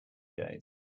days